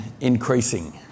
increasing